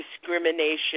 discrimination